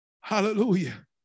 Hallelujah